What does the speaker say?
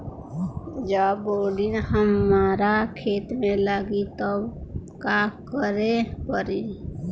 जब बोडिन हमारा खेत मे लागी तब का करे परी?